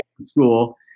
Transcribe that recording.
school